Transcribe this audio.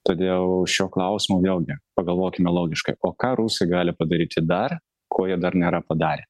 todėl šiuo klausimu vėlgi pagalvokime logiškai o ką rusai gali padaryti dar ko jie dar nėra padarę